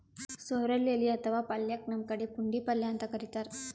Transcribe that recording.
sorrel ಎಲಿ ಅಥವಾ ಪಲ್ಯಕ್ಕ್ ನಮ್ ಕಡಿ ಪುಂಡಿಪಲ್ಯ ಅಂತ್ ಕರಿತಾರ್